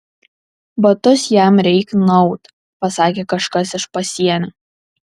batus jam reik nuaut pasakė kažkas iš pasienio